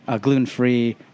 gluten-free